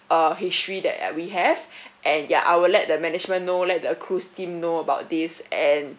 uh history that we have and yeah I will let the management know let the cruise team know about this and